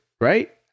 right